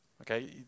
Okay